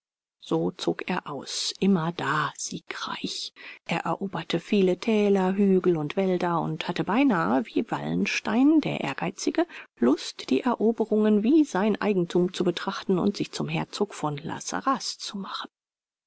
so zog er aus immerdar siegreich er eroberte viele thäler hügel und wälder und hatte beinahe wie wallenstein der ehrgeizige lust die eroberungen wie sein eigentum zu betrachten und sich zum herzog von la sarraz zu machen